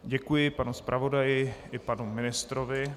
Děkuji panu zpravodaji i panu ministrovi.